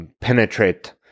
penetrate